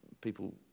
people